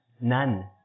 None